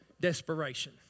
desperation